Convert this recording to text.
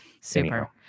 Super